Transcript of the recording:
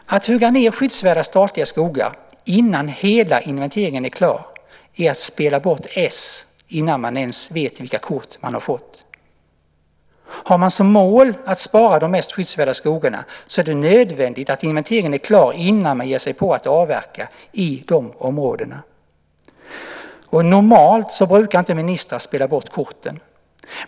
Att hugga ned skyddsvärda statliga skogar innan hela inventeringen är klar är att spela bort ess innan man ens vet vilka kort man har fått. Har man som mål att spara de mest skyddsvärda skogarna är det nödvändigt att inventeringen är klar innan man ger sig på att avverka i de områdena. Normalt brukar inte ministrar spela bort korten.